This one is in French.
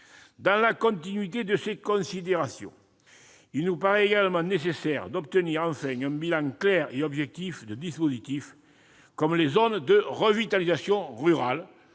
Dans la continuité de ces considérations, il nous paraît également nécessaire d'obtenir enfin un bilan clair et objectif de dispositifs, comme les zones de revitalisation rurale